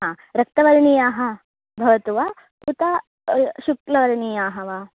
हा रक्तवर्णीयाः भवतु वा उत शुक्लवर्णीयाः वा